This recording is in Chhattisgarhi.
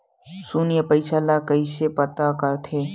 शून्य पईसा ला कइसे पता करथे?